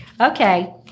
Okay